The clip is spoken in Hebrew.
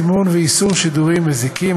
סימון ואיסור שידורים מזיקים,